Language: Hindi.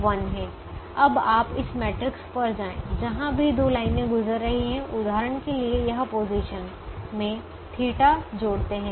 अब आप इस मैट्रिक्स पर जाएं जहां भी दो लाइनें गुजर रही हैं उदाहरण के लिए यह पोजीशन में θ जोड़ते है